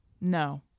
No